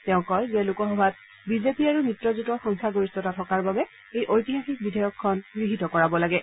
তেওঁ কয় যে লোকসভাত বিজেপি আৰু মিত্ৰজোঁটৰ সংখ্যাগৰিষ্ঠতা থকাৰ বাবে এই ঐতিহাসিক বিধেয়কখন গৃহীত কৰাব লাগে